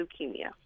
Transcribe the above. leukemia